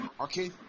Okay